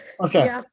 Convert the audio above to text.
okay